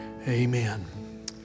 amen